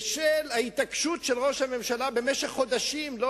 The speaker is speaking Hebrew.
בשל ההתעקשות של ראש הממשלה במשך חודשים לא